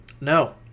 No